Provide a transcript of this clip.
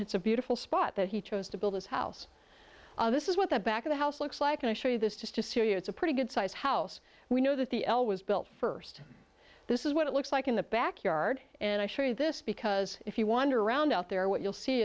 it's a beautiful spot that he chose to build his house this is what the back of the house looks like going to show you this just to see it's a pretty good size house we know that the l was built first this is what it looks like in the backyard and i show you this because if you wander around out there what you'll see